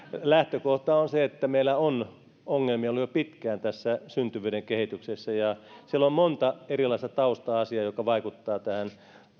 lähtökohta on se että meillä on ollut jo pitkään ongelmia syntyvyyden kehityksessä ja siellä on monta erilaista tausta asiaa jotka vaikuttavat tähän kun